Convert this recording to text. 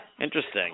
Interesting